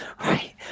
right